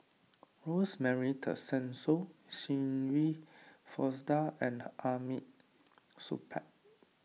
Rosemary Tessensohn Shirin Fozdar and Hamid Supaat